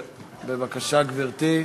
בבקשה, גברתי.